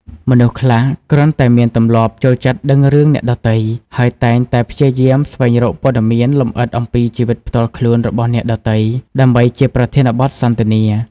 មនុស្សខ្លះគ្រាន់តែមានទម្លាប់ចូលចិត្តដឹងរឿងអ្នកដទៃ ហើយតែងតែព្យាយាមស្វែងរកព័ត៌មានលម្អិតអំពីជីវិតផ្ទាល់ខ្លួនរបស់អ្នកដទៃ ដើម្បីជាប្រធានបទសន្ទនា។